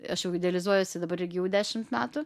aš jau dializuojuosi dabar irgi jau dešimt metų